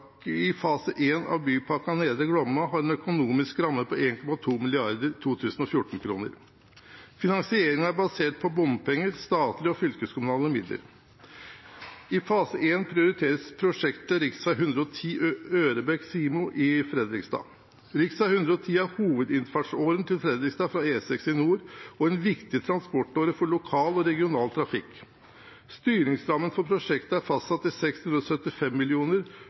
i fase 1 av Bypakke Nedre Glomma har en økonomisk ramme på 1,2 mrd. 2014-kroner. Finansieringen er basert på bompenger og statlige og fylkeskommunale midler. I fase 1 prioriteres prosjektet rv. 110 Ørebekk–Simo i Fredrikstad. Riksvei 110 er hovedinnfartsåren til Fredrikstad fra E6 i nord og er en viktig transportåre for lokal og regional trafikk. Styringsrammen for prosjektet er fastsatt til 675